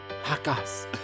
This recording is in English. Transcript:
Hakas